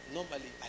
Normally